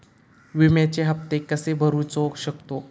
विम्याचे हप्ते कसे भरूचो शकतो?